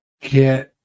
get